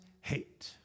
hate